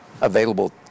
available